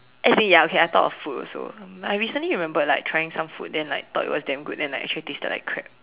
as in ya okay I thought of food also um I recently remembered like trying some food then like thought it was damn good then like actually tasted like crap